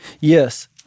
Yes